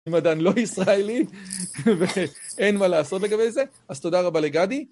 מדען לא ישראלי ואין מה לעשות לגבי זה, אז תודה רבה לגדי.